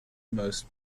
most